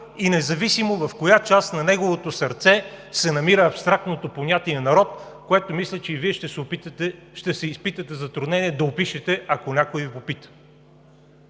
и независимо в коя част на неговото сърце се намира абстрактното понятие „народ“, което мисля, че и Вие ще изпитате затруднение да опишете, ако някой Ви попита.